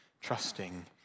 trusting